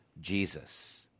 Jesus